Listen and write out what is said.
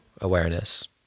awareness